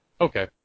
Okay